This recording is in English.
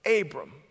Abram